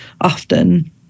often